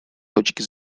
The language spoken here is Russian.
точки